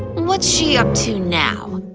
what's she up to now?